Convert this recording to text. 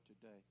today